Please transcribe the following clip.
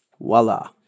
Voila